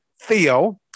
Theo